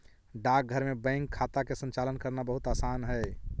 डाकघर में बैंक खाता के संचालन करना बहुत आसान हइ